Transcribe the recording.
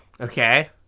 Okay